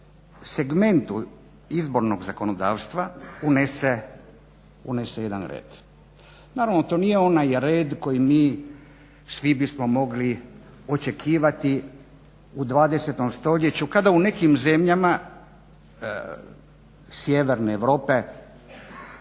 segmentu izbornog zakonodavstva unese jedan red. Naravno to nije onaj red koji mi svi bismo mogli očekivati u 20.stoljeću kada u nekim zemljama sjeverne Europe